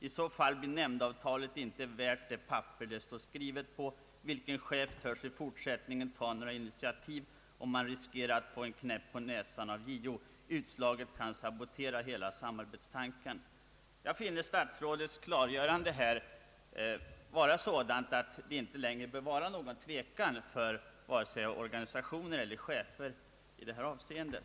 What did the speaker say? I så fall blir nämndavtalet inte värt det papper det står skrivet på. Vilken chef törs i fortsättningen ta något initiativ, om han riskerar att få en knäpp på näsan av JO? Utslaget kan sabotera hela samarbetstanken.» Jag finner statsrådets klargörande vara sådant att det inte längre bör råda någon tvekan för vare sig organisationer eller chefer i detta avseende.